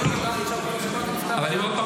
הוא היה מורדם ומונשם כל השבת, ונפטר היום.